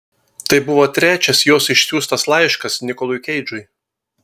tai buvo trečias jos išsiųstas laiškas nikolui keidžui